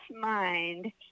mind